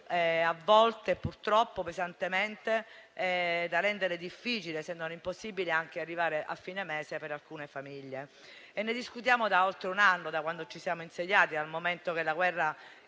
a volte gravano pesantemente, in modo tale da rendere difficile, se non impossibile, arrivare a fine mese per alcune famiglie. Ne discutiamo da oltre un anno, da quando ci siamo insediati, dal momento in cui la guerra